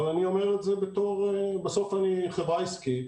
אבל בסוף אני חברה עסקית,